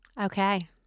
Okay